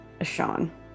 Sean